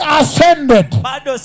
ascended